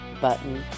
button